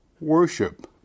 Worship